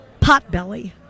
Potbelly